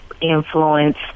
influence